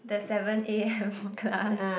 the seven A_M class